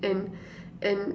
and and